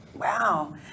Wow